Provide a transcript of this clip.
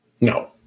No